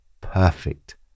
perfect